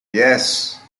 yes